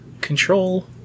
control